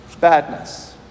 badness